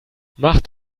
macht